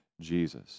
Jesus